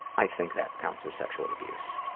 i think that counts as sexual abuse.